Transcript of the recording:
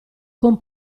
con